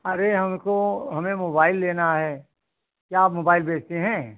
अरे हमको हमें मोबाइल लेना है क्या आप मोबाइल बेचती हैं